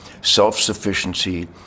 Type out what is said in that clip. self-sufficiency